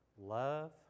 love